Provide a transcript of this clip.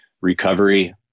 recovery